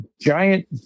giant